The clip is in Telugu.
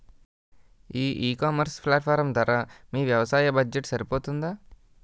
ఈ ఇకామర్స్ ప్లాట్ఫారమ్ ధర మీ వ్యవసాయ బడ్జెట్ సరిపోతుందా?